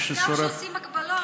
צריך להגיד את זה,